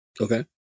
Okay